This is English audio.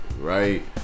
right